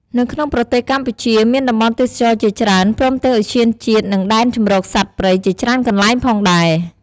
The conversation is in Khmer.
នៅក្នុងប្រទេសកម្ពុជាមានតំបន់់ទេសចរណ៏ជាច្រើនព្រមទាំងឧទ្យានជាតិ និងដែនជម្រកសត្វព្រៃជាច្រើនកន្លែងផងដែរ។